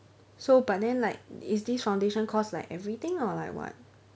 so but then like is this foundation course like everything or like what